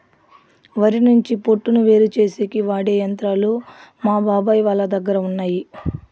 వరి నుంచి పొట్టును వేరుచేసేకి వాడె యంత్రాలు మా బాబాయ్ వాళ్ళ దగ్గర ఉన్నయ్యి